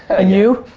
and you?